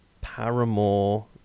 Paramore